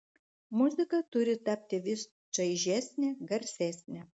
muzika turi tapti vis čaižesnė garsesnė